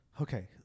okay